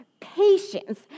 patience